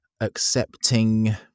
accepting